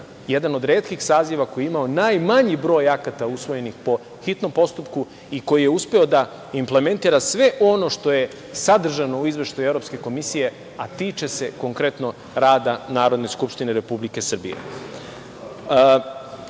jedan od retkih saziva koji je imao najmanji broj akata usvojenih po hitnom postupku i koji je uspeo da implementira sve ono što je sadržano u izveštaju evropske komisije, a tiče se konkretno rada Narodne skupštine Republike